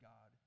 God